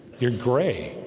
you're gray